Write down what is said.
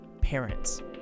parents